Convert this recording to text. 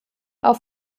auf